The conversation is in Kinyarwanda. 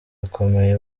akomeye